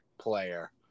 player